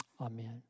Amen